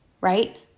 right